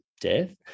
death